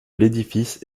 l’édifice